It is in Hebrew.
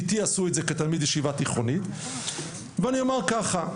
איתי עשו את זה כתלמיד ישיבה תיכונית ואני אומר ככה,